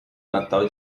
natal